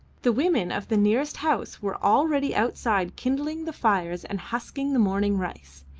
the women of the nearest house were already outside kindling the fires and husking the morning rice.